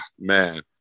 man